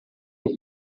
that